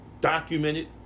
documented